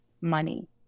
money